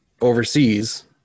overseas